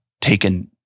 taken